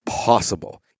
possible